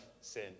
sin